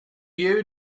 you